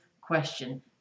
question